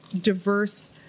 diverse